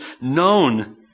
known